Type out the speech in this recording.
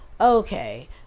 okay